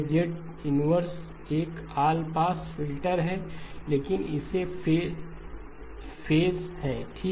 यह Z 1 एक all pass filter है लेकिन इसे फेस है ठीक